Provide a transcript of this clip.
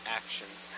actions